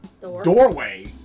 doorway